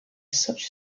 such